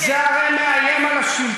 אתה מקשיב זה הרי מאיים על השלטון,